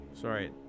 sorry